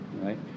right